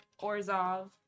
Orzov